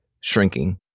shrinking